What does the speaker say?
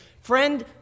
Friend